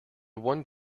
one